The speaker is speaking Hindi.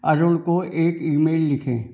अरुण को एक ईमेल लिखें